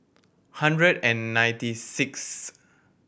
hundred and ninety sixth